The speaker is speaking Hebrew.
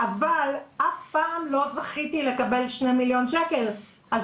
אבל אף פעם לא זכיתי לקבל שני מיליון שקל אז